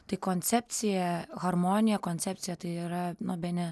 tai koncepcija harmonija koncepcija tai yra nu bene